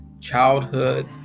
Childhood